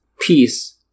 peace